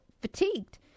fatigued